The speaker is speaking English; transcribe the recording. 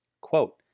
Quote